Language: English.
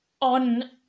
on